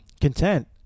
content